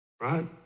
right